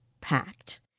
packed